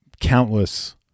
countless